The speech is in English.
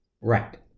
Right